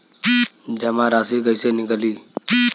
जमा राशि कइसे निकली?